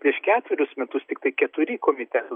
prieš ketverius metus tiktai keturi komitetų